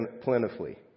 plentifully